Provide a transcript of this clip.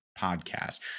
podcast